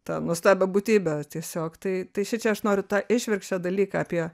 tą nuostabią būtybę tiesiog tai tai šičia aš noriu tą išvirkščią dalyką apie